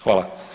Hvala.